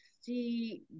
see